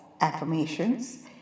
affirmations